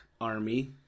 army